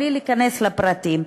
בלי להיכנס לפרטים.